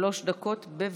שלוש דקות, בבקשה.